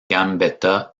gambetta